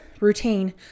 routine